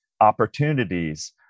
opportunities